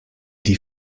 die